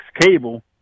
Cable